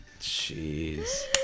Jeez